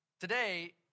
Today